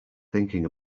thinking